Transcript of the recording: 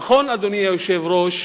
נכון, אדוני היושב-ראש,